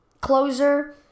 closer